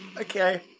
okay